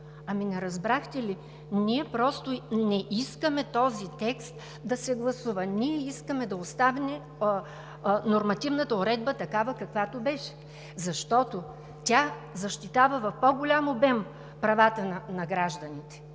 Не разбрахте ли, ние просто не искаме този текст да се гласува? Ние искаме да остане нормативната уредба такава, каквато беше, защото тя защитава в по-голям обем правата на гражданите,